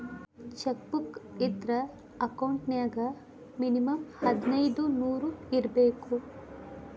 check book ಇದ್ರ account ನ್ಯಾಗ minimum ಹದಿನೈದ್ ನೂರ್ ಇರ್ಬೇಕು